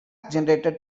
generator